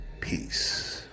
Peace